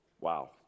Wow